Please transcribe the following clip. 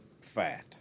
fat